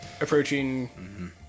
approaching